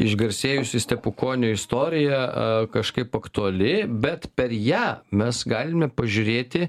išgarsėjusi stepukonio istorija kažkaip aktuali bet per ją mes galime pažiūrėti